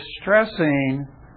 stressing